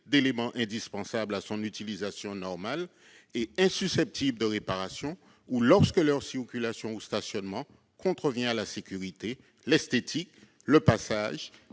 d'éléments indispensables à son utilisation normale et insusceptible de réparation ou lorsque sa circulation ou son stationnement contrevient à la sécurité, à l'esthétique ou au passage,